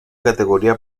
categoría